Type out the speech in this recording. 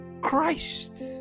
Christ